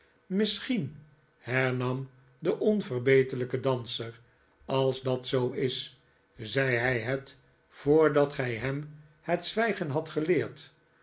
misschien hernam de onverbeterlijke danser als dat zoo is zei hij het voordat gij hem het zwijgen hadt geleerd